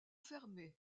fermée